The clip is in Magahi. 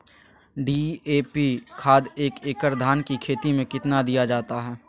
डी.ए.पी खाद एक एकड़ धान की खेती में कितना दीया जाता है?